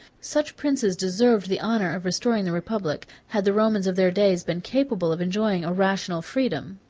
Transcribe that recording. such princes deserved the honor of restoring the republic, had the romans of their days been capable of enjoying a rational freedom.